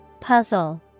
Puzzle